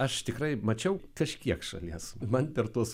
aš tikrai mačiau kažkiek šalies man per tuos